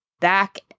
back